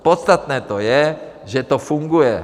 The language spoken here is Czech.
Podstatné je, že to funguje.